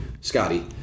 scotty